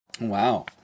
Wow